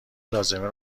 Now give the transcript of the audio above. لازمه